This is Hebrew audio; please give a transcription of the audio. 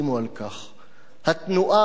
"התנועה הציונית כולה",